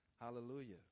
Hallelujah